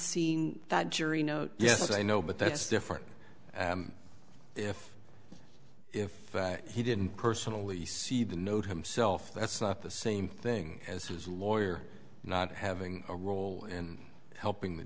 seen that jury note yes i know but that's different if in fact he didn't personally see the note himself that's not the same thing as his lawyer not having a role in helping the